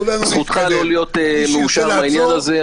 זכותך לא להיות מאושר מכך.